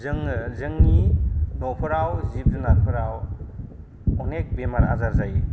जोङो जोंनि न'फोराव जिब जुनादफोराव अनेख बेमार आजार जायो